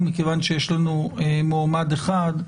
מכיוון שיש לנו מועמד אחד,